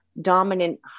dominant